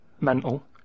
mental